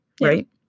right